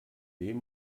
dem